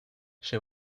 she